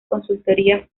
consultoría